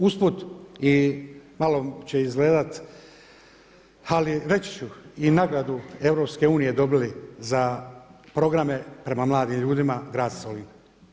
Usput i malo će izgledat, ali reći ću i nagradu EU dobili za programe prema mladim ljudima grad Solin.